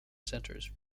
centres